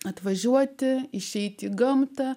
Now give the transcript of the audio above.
atvažiuoti išeiti į gamtą